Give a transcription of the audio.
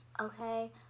Okay